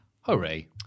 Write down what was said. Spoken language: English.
Hooray